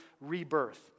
rebirth